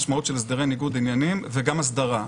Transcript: שקיפות ישנה זו המשמעות של הסדרי ניגוד עניינים וגם הסדרה.